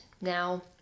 now